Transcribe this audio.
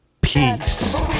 Peace